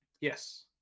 Yes